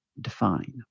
define